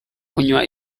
kunywa